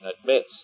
admits